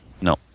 No